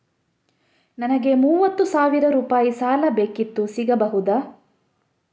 ನನಗೆ ಮೂವತ್ತು ಸಾವಿರ ರೂಪಾಯಿ ಸಾಲ ಬೇಕಿತ್ತು ಸಿಗಬಹುದಾ?